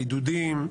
לבידודים,